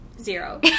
zero